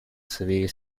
severe